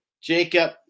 Jacob